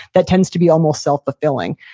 that tends to be almost self-fulfilling.